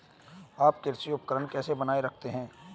आप कृषि उपकरण कैसे बनाए रखते हैं?